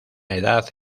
edad